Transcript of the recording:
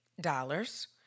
dollars